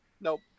nope